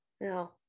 no